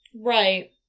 Right